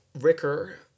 Ricker